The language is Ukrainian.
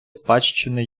спадщини